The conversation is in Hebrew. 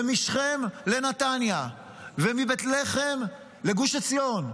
ומשכם לנתניה, ומבית לחם לגוש עציון,